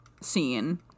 scene